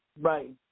Right